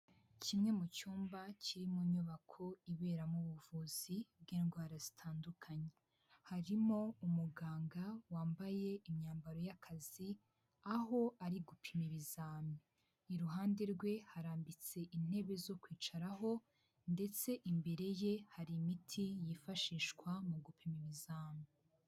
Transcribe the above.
Kimwe mu cyumba kiri mu nyubako iberamo ubuvuzi bw'indwara zitandukanye. Harimo umuganga wambaye imyambaro y'akazi, aho ari gupima ibizami. Iruhande rwe harambitse intebe zo kwicaraho ndetse imbere ye hari imiti yifashishwa mu gupima ibizami.